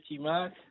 mark